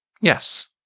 yes